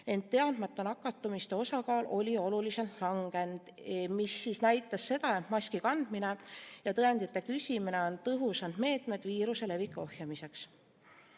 ent teadmata nakatumiste osakaal oli oluliselt langenud. See näitab seda, et maski kandmine ja tõendite küsimine on tõhusad meetmed viiruse leviku ohjamiseks.